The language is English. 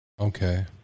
Okay